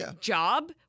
job